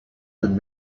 been